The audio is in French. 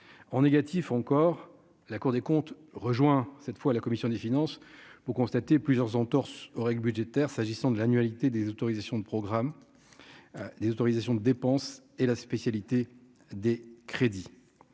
en négatif encore la Cour des comptes, rejoint cette fois à la commission des finances vous constater plusieurs entorse aux règles budgétaires s'agissant de l'annualité des autorisations de programme, les autorisations de dépenses et la spécialité des crédits,